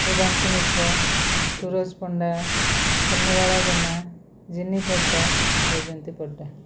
Sudhanshu Mishra Suraj Panda Swarnabala Jena Jini Panda Baijayanti Panda